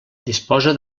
disposa